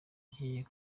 hagiye